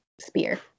spear